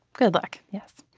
good luck. yes.